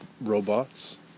robots